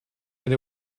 and